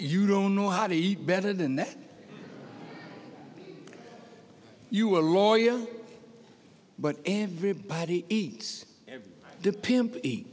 you don't know how to eat better than that you a lawyer but everybody eats